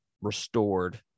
restored